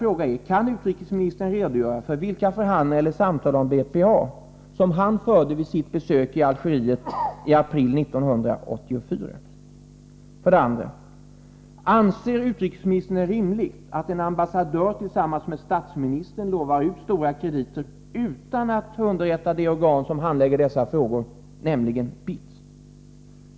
För det första: Kan utrikesministern redogöra för vilka samtal om BPA som han förde vid sitt besök i Algeriet i april 1984? För det andra: Anser utrikesministern det vara rimligt att en ambassadör tillsammans med statsministern utlovar stora krediter utan att underrätta det organ som handlägger frågor av detta slag, nämligen BITS?